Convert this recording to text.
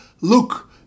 look